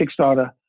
Kickstarter